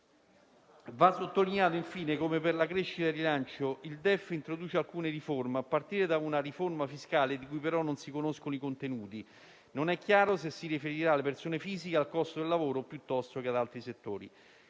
Va sottolineato, infine, come per la crescita e il rilancio il Documento di economia e finanza introduca alcune riforme, a partire da una riforma fiscale, di cui però non si conoscono i contenuti: non è chiaro se si riferirà alle persone fisiche o al costo del lavoro, piuttosto che ad altri settori.